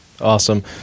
Awesome